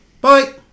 Bye